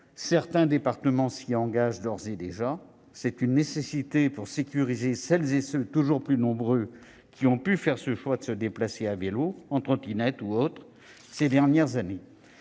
Certains départements s'y engagent d'ores et déjà. C'est une nécessité pour sécuriser celles et ceux, toujours plus nombreux, qui ont pu faire le choix de se déplacer à vélo ou en trottinette, par exemple, ces dernières années.